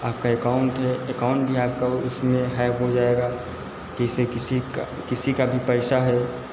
आपका एकाउन्ट है एकाउन्ट भी आपका वह उसमें हैक हो जाएगा किसी किसी का किसी का भी पैसा है